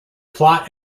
plot